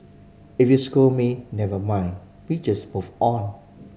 if you scold me never mind we just move on